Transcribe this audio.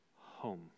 home